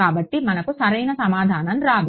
కాబట్టి మనకు సరైన సమాధానం రాదు